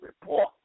report